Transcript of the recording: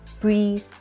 breathe